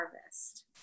harvest